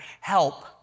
help